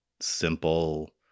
simple